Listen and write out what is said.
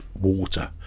water